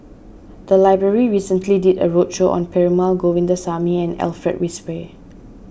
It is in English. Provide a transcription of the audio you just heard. the library recently did a roadshow on Perumal Govindaswamy and Alfred Frisby